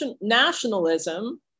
nationalism